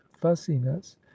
fussiness